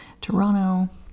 Toronto